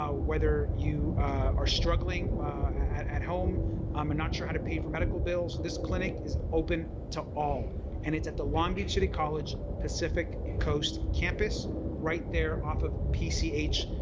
ah whether you are struggling at at home um and not sure how to pay for medical bills, this clinic is open to all and it's at the long beach city college pacific coast campus right there off of yeah pch,